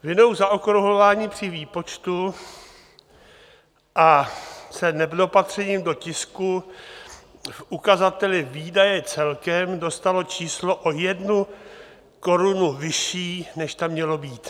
Vinou zaokrouhlování při výpočtu se nedopatřením do tisku v ukazateli výdaje celkem dostalo číslo o 1 korunu vyšší, než tam mělo být.